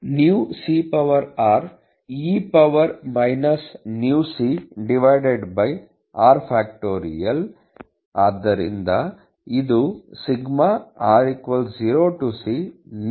µcr e power µc ಅನ್ನು ಅಪವರ್ತನೀಯ r ನಿಂದ ಭಾಗಿಸಲಾಗಿದೆ r0cμcre μcr